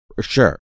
Sure